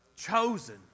Chosen